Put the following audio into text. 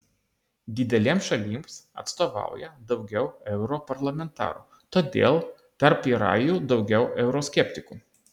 didelėms šalims atstovauja daugiau europarlamentarų todėl tarp yra jų daugiau euroskeptikų